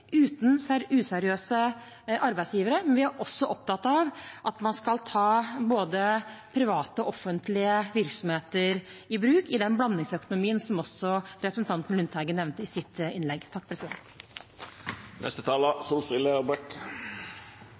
uten useriøse arbeidsgivere, men vi er også opptatt av at man skal ta både private og offentlige virksomheter i bruk, i den blandingsøkonomien som også representanten Lundteigen nevnte i sitt innlegg.